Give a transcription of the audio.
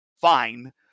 fine